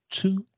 two